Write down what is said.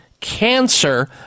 cancer